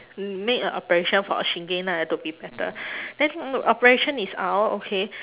make a operation for shingen lah to be better then operation is out okay